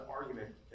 argument